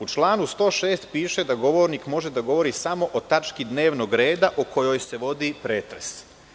U članu 106. piše da govornik može da govori samo o tački dnevnog reda o kojoj se vodi pretres.